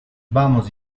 vamos